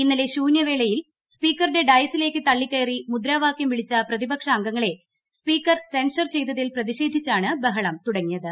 ഇന്നലെ ശൂന്യവേളയിൽ സ്പീക്കറുടെ ഡയസിലേക്ക് തള്ളിക്കയറി മുദ്രാവാക്യം വിളിച്ച പ്രതിപക്ഷാംഗങ്ങളെ സ്പീക്കർ സെൻഷർ ചെയ്തതിൽ പ്രതിഷേധിച്ചാണ് ബഹളം തുടങ്ങിയത്